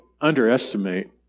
underestimate